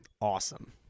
Awesome